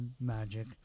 magic